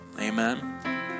Amen